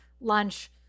lunch